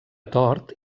tort